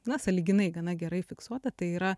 na sąlyginai gana gerai fiksuota tai yra